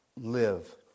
live